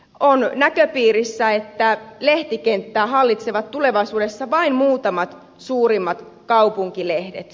on näköpiirissä että lehtikenttää hallitsevat tulevaisuudessa vain muutamat suurimmat kaupunkilehdet